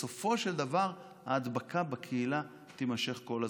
בסופו של דבר ההדבקה בקהילה תימשך כל הזמן.